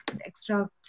extra